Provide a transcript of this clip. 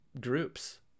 groups